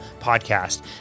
Podcast